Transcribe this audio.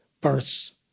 births